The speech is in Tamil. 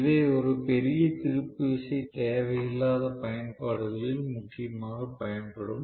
இவை ஒரு பெரிய திருப்பு விசை தேவை இல்லாத பயன்பாடுகளில் முக்கியமாக பயன்படும்